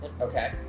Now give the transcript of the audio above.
okay